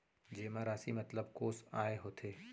जेमा राशि मतलब कोस आय होथे?